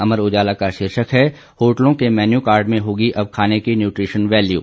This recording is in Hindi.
अमर उजाला का शीर्षक है होटलों के मेन्यू कार्ड में होगी अब खाने की न्यूट्रीशन वैल्यू